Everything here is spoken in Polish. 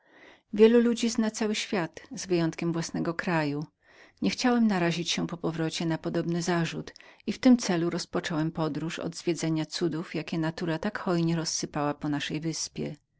wiele ludzi zna cały świat wyjąwszy własny kraj niechciałem podpaść podobnemu zarzutowi i w tym celu rozpocząłem podróż od zwiedzenia cudów jakie natura tak hojnie rozsypała po naszej wyspie